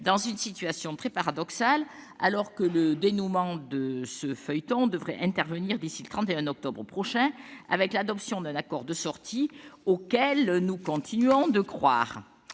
dans une situation très paradoxale, alors que le dénouement de ce feuilleton devrait intervenir d'ici le 31 octobre prochain, avec l'adoption d'un accord de sortie auquel nous continuons de croire.